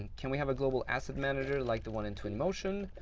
can we have a global asset manager, like the one in twinmotion?